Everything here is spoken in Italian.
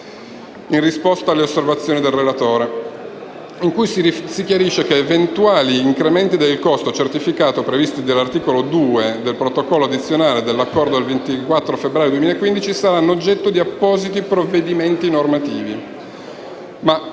in risposta alle osservazioni del relatore, in cui si chiarisce che «Eventuali incrementi del costo certificato previsti dall'articolo 2 del Protocollo addizionale dell'Accordo del 24 febbraio 2015, saranno oggetto di appositi provvedimenti normativi».